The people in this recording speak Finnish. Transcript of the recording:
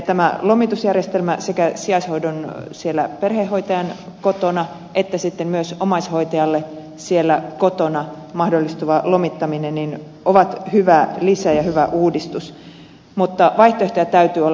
tämä lomitusjärjestelmä sekä siellä perhehoitajan kotona että sitten myös omaishoitajalle siellä kotona mahdollistuva lomittaminen ovat hyvä lisä ja hyvä uudistus mutta vaihtoehtoja täytyy olla